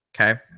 Okay